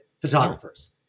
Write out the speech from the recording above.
photographers